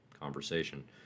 conversation